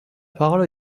parole